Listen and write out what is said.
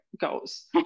goes